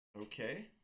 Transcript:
okay